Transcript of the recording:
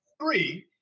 three